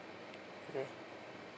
okay